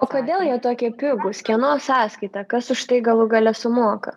o kodėl jie tokie pigūs kieno sąskaita kas už tai galų gale sumoka